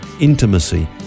intimacy